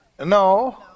No